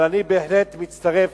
אבל אני בהחלט מצטרף.